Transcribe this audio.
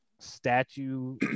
statue